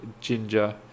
ginger